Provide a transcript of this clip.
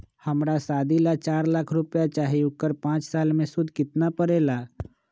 हमरा शादी ला चार लाख चाहि उकर पाँच साल मे सूद कितना परेला?